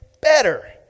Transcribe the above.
better